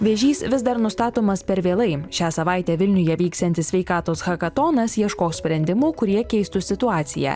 vėžys vis dar nustatomas per vėlai šią savaitę vilniuje vyksiantis sveikatos hakatonas ieškos sprendimų kurie keistų situaciją